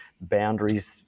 boundaries